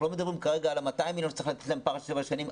אנחנו לא מדברים כרגע על ה-200 מיליון שצריך לתת להם בפער של שבע שנים,